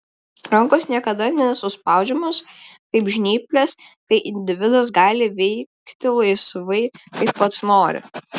rankos niekada nesuspaudžiamos kaip žnyplės kai individas gali veikti laisvai kaip pats nori